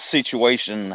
Situation